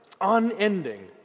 unending